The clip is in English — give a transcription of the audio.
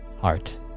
heart